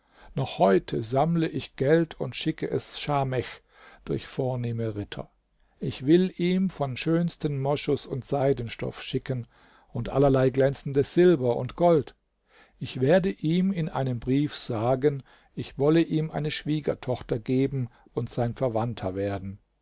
noch heute sammle ich geld und schicke es schamech durch vornehme ritter ich will ihm vom schönsten moschus und seidenstoff schicken und allerlei glänzendes silber und gold ich werde ihm in einem brief sagen ich wolle ihm eine schwiegertochter geben und sein verwandter werden